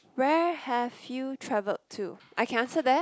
where have you travelled to I can answer that